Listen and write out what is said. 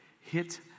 hit